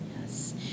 yes